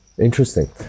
Interesting